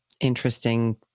interesting